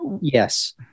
Yes